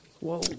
Whoa